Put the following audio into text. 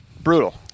Brutal